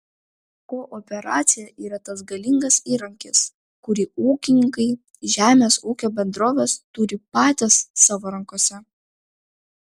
kooperacija yra tas galingas įrankis kurį ūkininkai žemės ūkio bendrovės turi patys savo rankose